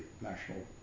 National